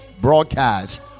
broadcast